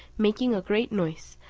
making a great noise,